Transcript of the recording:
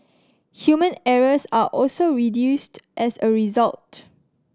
human errors are also reduced as a result